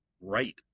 right